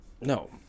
No